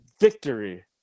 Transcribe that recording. victory